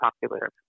popular